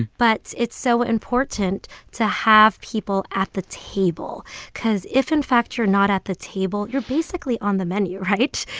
but it's so important to have people at the table because if, in fact, you're not at the table, you're basically on the menu, right?